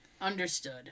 understood